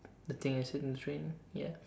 the thing I said in train ya